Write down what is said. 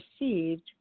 received